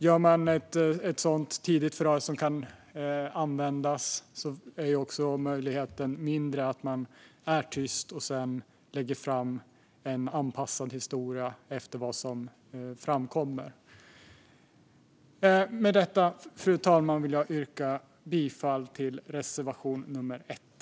Om ett sådant tidigt förhör genomförs och kan användas är också möjligheten mindre att man är tyst och sedan lägger fram en historia som är anpassad efter vad som har framkommit. Med detta, fru talman, yrkar jag bifall till reservation 1.